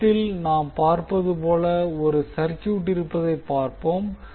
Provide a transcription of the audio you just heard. படத்தில் நாம் பார்ப்பது போல் ஒரு சர்க்யூட் இருப்பதைப் பார்ப்போம்